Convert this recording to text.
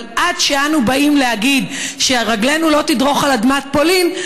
אבל עד שאנו באים להגיד שרגלנו לא תדרוך על אדמת פולין,